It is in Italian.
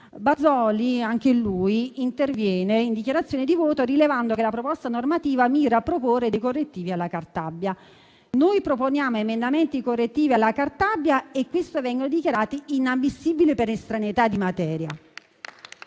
Bazoli anche lui interviene in dichiarazione di voto, rilevando che la proposta normativa mira a proporre dei correttivi alla riforma Cartabia. Noi proponiamo emendamenti correttivi alla riforma Cartabia e questi vengono dichiarati inammissibili per estraneità di materia.